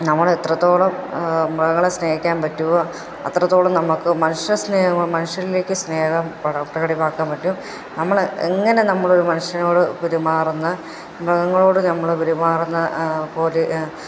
നമ്മളെത്രത്തോളം മൃഗങ്ങളെ സ്നേഹിക്കാൻ പറ്റുമോ അത്രത്തോളം നമുക്ക് മനുഷ്യ സ്നേഹങ്ങൾ മനുഷ്യന് സ്നേഹം പ്രകടിമാക്കാൻ പറ്റും നമ്മൾ എങ്ങനെ നമ്മളൊരു മനുഷ്യനോട് പെരുമാറുന്ന മൃഗങ്ങളോട് നമ്മള് പെരുമാറുന്ന പോലെ